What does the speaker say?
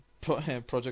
Project